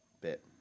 bit